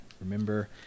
remember